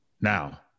Now